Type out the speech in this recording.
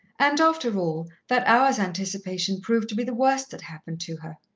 and, after all, that hour's anticipation proved to be the worst that happened to her.